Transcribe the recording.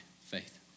faith